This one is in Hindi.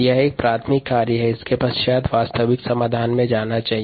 यह एक प्राथमिक कार्य है इसके पश्चात वास्तविक समाधान में जाना चाहिए